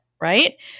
Right